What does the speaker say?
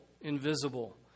invisible